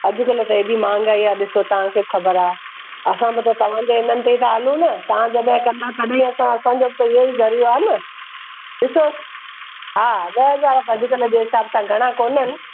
अॼुकल्ह त हेॾी महांगाई आहे ॾिसो तव्हांखे ख़बरु आहे असां मतलबु तव्हांजे हिननि ते ई त हलूं न तव्हां जॾहिं कंदा तॾहिं असां असांजो त इहो ई ज़रियो आहे न ॾिसो हा ॾह हज़ार अॼुकल्ह जे हिसाब सां घणा कोन्हनि